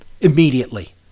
immediately